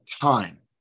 time